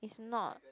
it's not